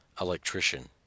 electrician